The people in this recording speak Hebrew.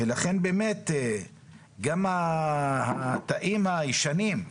ולכן, באמת גם התאים הישנים,